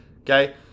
Okay